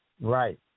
Right